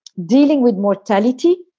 dealing with mortality.